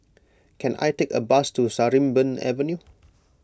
can I take a bus to Sarimbun Avenue